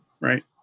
right